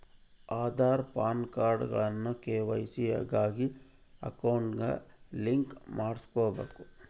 ಆದಾರ್, ಪಾನ್ಕಾರ್ಡ್ಗುಳ್ನ ಕೆ.ವೈ.ಸಿ ಗಾಗಿ ಅಕೌಂಟ್ಗೆ ಲಿಂಕ್ ಮಾಡುಸ್ಬಕು